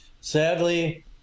sadly